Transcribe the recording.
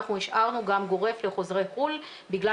אנחנו השארנו גם גורף לחוזרי חו"ל בגלל